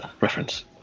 reference